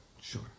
Sure